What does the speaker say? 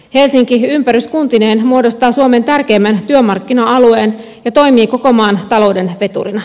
helsinki ympäryskuntineen muodostaa suomen tärkeimmän työmarkkina alueen ja toimii koko maan talouden veturina